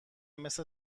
مثل